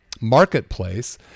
marketplace